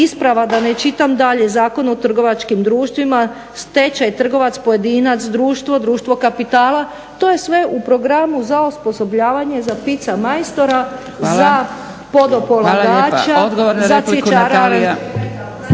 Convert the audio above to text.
isprava da ne čitam dalje Zakona o trgovačkim društvima, stečaj trgovac pojedinac, društvo, društvo kapitala. To je sve u programu za osposobljavanje za pizza majstora za podopolagača… …/Upadica